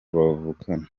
bavukana